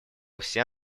все